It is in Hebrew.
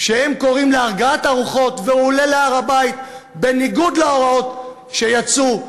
שקוראים להרגעת הרוחות כשהוא עולה להר-הבית בניגוד להוראות שיצאו,